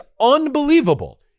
unbelievable